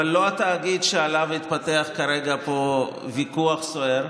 אבל לא התאגיד שעליו התפתח כרגע פה ויכוח סוער,